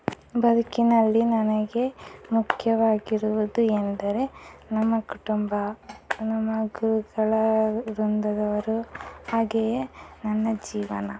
ಬದುಕಿನಲ್ಲಿ ನನಗೆ ಮುಖ್ಯವಾಗಿರುವುದು ಎಂದರೆ ನಮ್ಮ ಕುಟುಂಬ ನಮ್ಮ ಗುರುಗಳ ವೃಂದದವರು ಹಾಗೆಯೇ ನನ್ನ ಜೀವನ